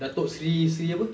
datuk seri apa